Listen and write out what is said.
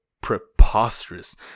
preposterous